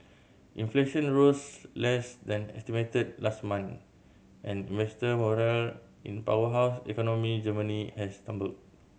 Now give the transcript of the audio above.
inflation rose less than estimated last month and investor morale in powerhouse economy Germany has tumbled